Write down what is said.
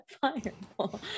fireball